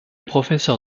professeur